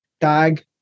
tag